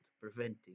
preventing